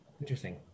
interesting